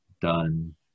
done